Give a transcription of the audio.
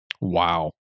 Wow